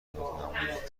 نمایید